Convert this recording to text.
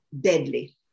deadly